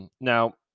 Now